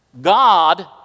God